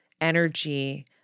energy